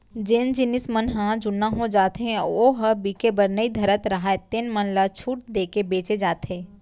जेन जिनस मन ह जुन्ना हो जाथे अउ ओ ह बिके बर नइ धरत राहय तेन मन ल छूट देके बेचे जाथे